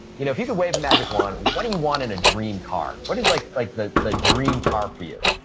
you know if you could wave a magic wand, what do you want in a dream car? what is like like the the dream car for you?